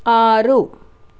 ఆరు